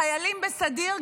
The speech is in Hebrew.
חיילים בסדיר,